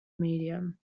medium